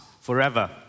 forever